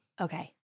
Okay